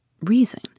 reason